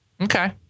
Okay